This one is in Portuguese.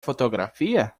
fotografia